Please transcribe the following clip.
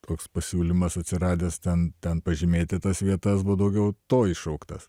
toks pasiūlymas atsiradęs ten ten pažymėti tas vietas buvo daugiau to iššauktas